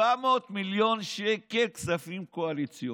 700 מיליון שקל כספים קואליציוניים,